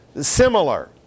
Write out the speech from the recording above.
similar